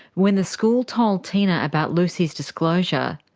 when the school told tina about lucy's disclosure,